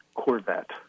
Corvette